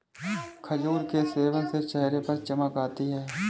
खजूर के सेवन से चेहरे पर चमक आती है